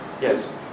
Yes